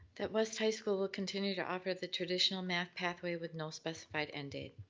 that west high school will continue to offer the traditional math pathway with no specified end date.